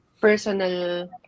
personal